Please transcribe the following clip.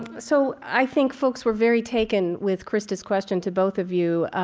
ah so i think folks were very taken with krista's question to both of you.